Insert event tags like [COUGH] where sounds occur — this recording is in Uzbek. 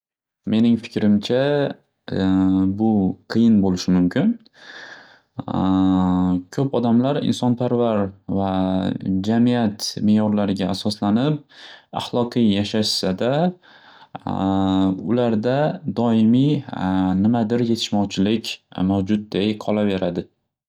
Mening fikrimcha [HESITATION] bu qiyin bo'lishi mumkin. [HESITATION] Ko'p odamlar insonparvar va jamiyat meyorlariga asoslanib ahloqiy yashashsada, [HESITATION] ularda doimiy [HESITATION] nimadir yetishmovchilik mavjuddek qolaveradi. [NOISE]